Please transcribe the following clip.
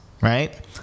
right